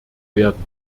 werden